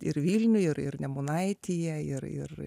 ir vilniuj ir ir nemunaityje ir ir